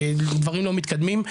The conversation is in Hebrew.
ודברים לא מתקדמים,